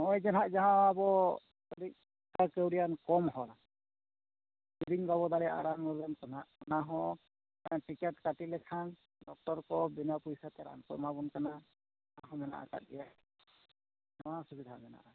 ᱦᱚᱜᱼᱚᱸᱭ ᱡᱟᱦᱟᱸ ᱡᱮ ᱟᱵᱚ ᱠᱟᱹᱴᱤᱡ ᱴᱟᱠᱟ ᱠᱟᱹᱣᱰᱤᱭᱟᱜ ᱠᱚᱢ ᱦᱚᱲᱟᱜ ᱠᱤᱨᱤᱧ ᱵᱟᱵᱚᱱ ᱫᱟᱲᱮᱭᱟᱜᱼᱟ ᱨᱟᱱ ᱢᱩᱨᱜᱟᱹᱱ ᱠᱚ ᱱᱟᱦᱟᱜ ᱚᱱᱟ ᱦᱚᱸ ᱴᱤᱠᱤᱴ ᱠᱟᱹᱴᱤ ᱞᱮᱠᱷᱟᱱ ᱰᱚᱠᱴᱚᱨ ᱠᱚ ᱵᱤᱱᱟᱹ ᱯᱩᱭᱥᱟᱹᱛᱮ ᱨᱟᱱ ᱠᱚ ᱮᱢᱟᱵᱚᱱ ᱠᱟᱱᱟ ᱟᱨᱚ ᱢᱮᱱᱟᱜ ᱠᱟᱜ ᱜᱮᱭᱟ ᱱᱚᱣᱟ ᱚᱥᱩᱵᱤᱫᱟ ᱢᱮᱱᱟᱜᱼᱟ